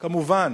כמובן,